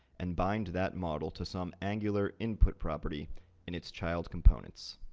and bind that model to some angular input property in its child components.